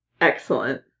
Excellent